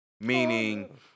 meaning